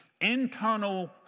internal